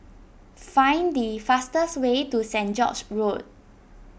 find the fastest way to Saint George's Road